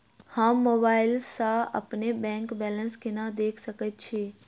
हम मोबाइल सा अपने बैंक बैलेंस केना देख सकैत छी?